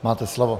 Máte slovo.